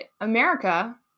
America